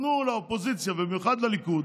נתנו לאופוזיציה, במיוחד לליכוד,